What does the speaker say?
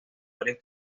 varios